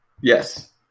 yes